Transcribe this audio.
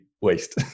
waste